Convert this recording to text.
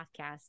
podcast